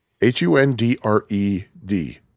H-U-N-D-R-E-D